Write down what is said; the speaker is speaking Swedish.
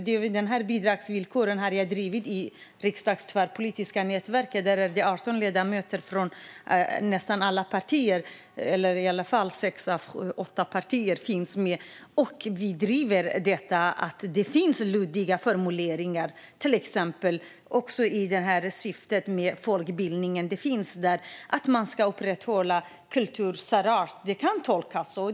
Frågan om bidragsvillkor har jag drivit i Riksdagens tvärpolitiska nätverk, som består av 18 ledamöter från nästan alla partier - sex av åtta partier finns med. Vi framhåller att det finns luddiga formuleringar, till exempel syftet med folkbildningen. Det står att man ska upprätthålla kultursärart. Det kan tolkas så.